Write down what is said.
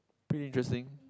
pretty interesting